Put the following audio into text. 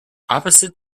opposite